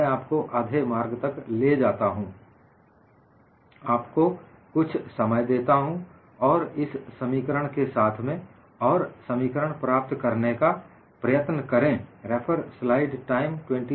मैं आपको आधे मार्ग तक ले जाता हूं आपको कुछ समय देता हूं और इस समीकरण के साथ में और समीकरण प्राप्त करने का प्रयत्न करें